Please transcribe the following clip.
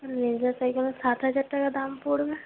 ranger সাইকেলের সাত হাজার টাকা দাম পড়বে